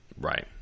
Right